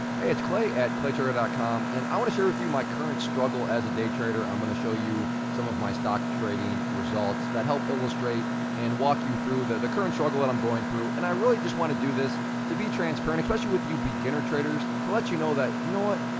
hey, it's clay at claytrader ah com, and i want to share with you my current struggle as a day trader i'm gonna show you some of my stock trading results that help illustrate and walk you through the current struggle that i'm going through. and i really just want to do this to be transparent, especially with you beginner traders, to let you know that you know what,